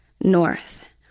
North